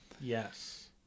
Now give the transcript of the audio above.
Yes